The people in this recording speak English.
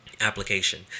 application